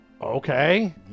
Okay